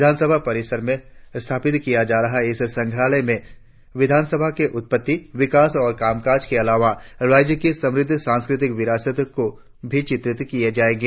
विधानसभा परिसर में स्थापित किया जा रहा इस संग्राहलय में विधानसभा की उत्पत्ति विकास और कामकाज के अलावा राज्य की समृद्ध सांस्कृतिक विरासत को भी चित्रित किया जायेगा